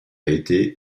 été